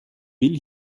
will